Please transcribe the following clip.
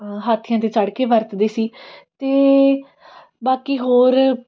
ਹਾਥੀਆਂ 'ਤੇ ਚੜ੍ਹ ਕੇ ਵਰਤਦੇ ਸੀ ਅਤੇ ਬਾਕੀ ਹੋਰ